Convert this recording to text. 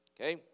Okay